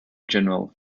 general